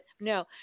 no